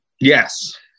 Yes